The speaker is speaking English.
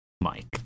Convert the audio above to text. Mike